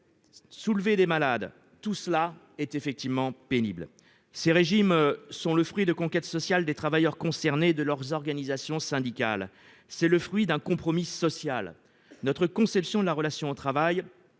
soulever des malades, tout cela est pénible. Ces régimes sont le fruit de conquêtes sociales par les travailleurs concernés et leurs organisations syndicales. C'est le fruit d'un compromis social. Notre conception de la relation au travail